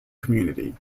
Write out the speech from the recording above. community